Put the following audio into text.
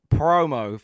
promo